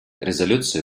резолюции